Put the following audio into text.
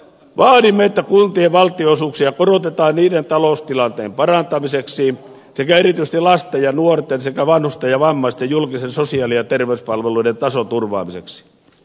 vaadimme että kuntien valtionosuuksia korotetaan niiden taloustilanteen parantamiseksi sekä erityisesti lasten ja nuorten sekä vanhusten ja vammaisten julkisten sosiaali ja terveyspalveluiden tason turvaamiseksi